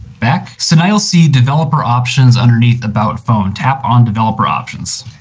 back. so now you'll see developer options underneath about phone. tap on developer options.